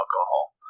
alcohol